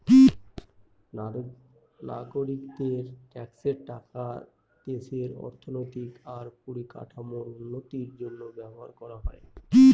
নাগরিকদের ট্যাক্সের টাকা দেশের অর্থনৈতিক আর পরিকাঠামোর উন্নতির জন্য ব্যবহার করা হয়